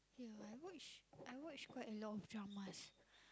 yeah I watch I watch quite a lot of dramas